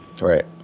Right